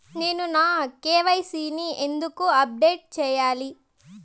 నేను నా కె.వై.సి ని ఎందుకు అప్డేట్ చెయ్యాలి?